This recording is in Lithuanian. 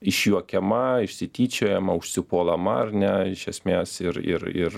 išjuokiama išsityčiojama užsipuolama ar ne iš esmės ir ir ir